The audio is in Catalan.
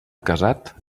casat